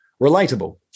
relatable